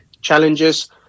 challenges